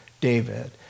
David